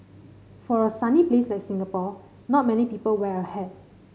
for a sunny place like Singapore not many people wear a hat